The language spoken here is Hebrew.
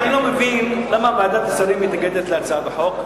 אני לא מבין למה ועדת השרים מתנגדת להצעת החוק,